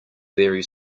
very